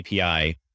API